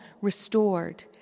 restored